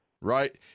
right